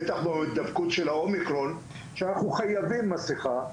בטח בהידבקות של האומיקרון שאנחנו חייבים מסכה.